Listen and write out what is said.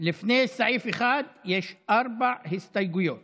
לפני סעיף 1 יש ארבע הסתייגויות